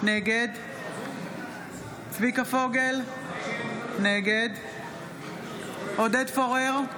נגד צביקה פוגל, נגד עודד פורר,